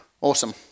awesome